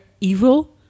evil